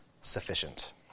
sufficient